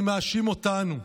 אני מאשים אותנו,